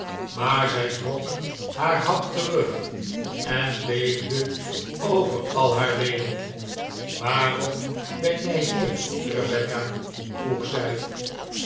maar zij trok haar hand terug en beefde over al haar leden waarom ben jij hier rebecca vroeg zij